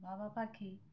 বাবা পাখি